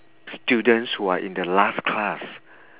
students who are in the last class